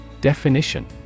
Definition